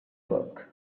work